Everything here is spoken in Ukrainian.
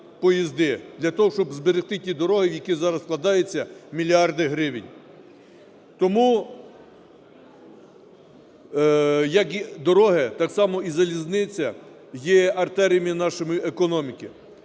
для того, щоб зберегти ті дороги, в які зараз вкладаються мільярди гривень. Тому, як і дороги, так само і залізниця, є артеріями нашими економіки.